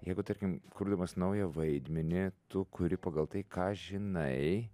jeigu tarkim kurdamas naują vaidmenį tu kuri pagal tai ką žinai